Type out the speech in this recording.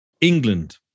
England